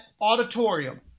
auditorium